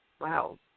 wow